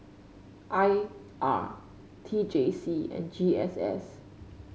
I R T J C and G S S